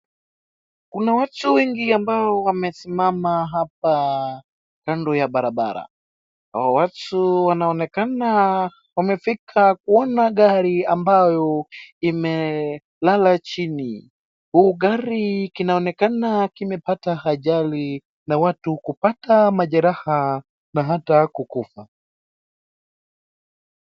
Kuna watu wengi ambao wamesimama hapa kando ya barabara ,hawa watu wanaonekana wamefika kuona gari ambayo imelala chini, huu gari kinaonekana kimepata ajali na watu kupata majeraha na hata kukufa.